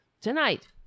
tonight